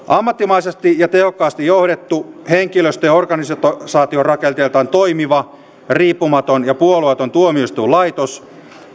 ammattimaisesti ja tehokkaasti johdettu henkilöstö ja organisaatiorakenteeltaan toimiva riippumaton ja puolueeton tuomioistuinlaitos